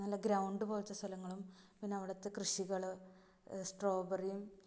നല്ല ഗ്രൗണ്ട് പോലത്തെ സ്ഥലങ്ങളും പിന്നവിടുത്തെ കൃഷികൾ സ്ട്രോബറിയും